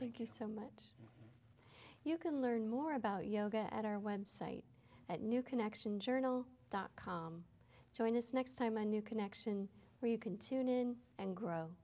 thank you so much you can learn more about yoga at our web site at new connection journal dot com join us next time a new connection where you can tune in and grow